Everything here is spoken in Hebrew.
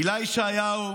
הילה ישעיהו,